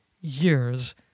years